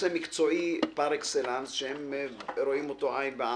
מקצועי פר אקסלנס שהם רואים אותו עין בעין.